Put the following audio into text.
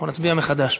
אנחנו נצביע מחדש.